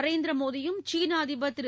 நரேந்திர மோடியும் சீன அதிபர் திரு